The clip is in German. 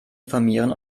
informieren